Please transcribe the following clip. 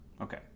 okay